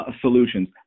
solutions